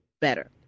better